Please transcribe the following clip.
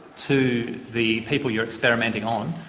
to the people you're experimenting on